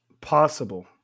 possible